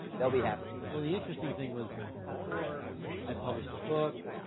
they'll be happier. well the interesting thing was before i published the book,